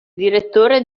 direttore